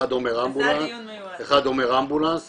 אחד אומר אמבולנס,